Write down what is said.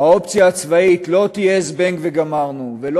האופציה הצבאית לא תהיה "זבנג וגמרנו" ולא